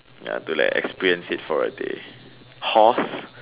ya to like exchange seats for a day horse